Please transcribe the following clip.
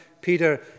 Peter